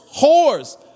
whores